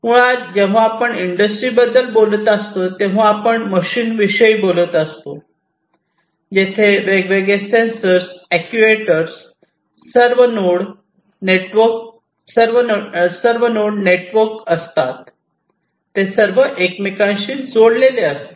मुळात जेव्हा आपण इंडस्ट्रीबद्दल बोलत असतो तेव्हा आपण मशीन्सविषयी बोलत होतो जेथे वेगवेगळे सेन्सर अॅक्ट्युएटर सर्व नोड्स सर्व इंटरनेटवर्क असतात ते सर्व एकमेकांशी जोडलेले असतात